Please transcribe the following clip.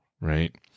right